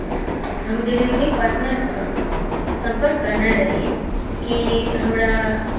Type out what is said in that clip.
हम डिलीवरी पार्टनरसँ सम्पर्क करने रही कि हमरा